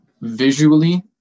visually